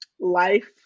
life